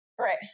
Right